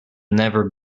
never